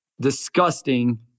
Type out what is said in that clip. Disgusting